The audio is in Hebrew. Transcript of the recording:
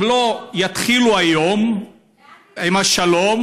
אם לא יתחילו היום עם השלום,